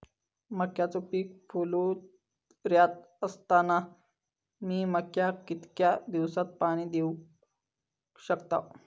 मक्याचो पीक फुलोऱ्यात असताना मी मक्याक कितक्या दिवसात पाणी देऊक शकताव?